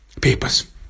papers